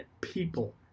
people